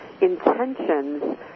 intentions